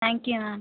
thank you ma'am